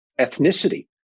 ethnicity